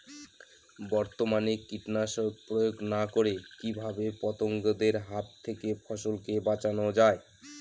বর্তমানে কীটনাশক প্রয়োগ না করে কিভাবে পতঙ্গদের হাত থেকে ফসলকে বাঁচানো যায়?